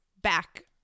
back